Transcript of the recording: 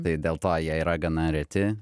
tai dėl to jie yra gana reti